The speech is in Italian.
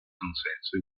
consenso